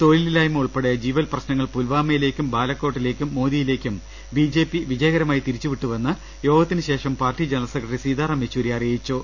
തൊഴിലില്ലായ്മ ഉൾപ്പെടെ ജീവൽ പ്രശ്നങ്ങൾ പുൽവാമയിലേക്കും ബാലക്കോട്ടി ലേക്കും മോദിയിലേക്കും ബിജെപി വിജയകരമായി തിരിച്ചുവിട്ടുവെന്ന് യോഗത്തിന് ശേഷം പാർട്ടി ജനറൽ സെക്രട്ടറി സീതാറാം യെച്ചൂരി അറിയിച്ചു